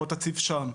בוא תציב שם.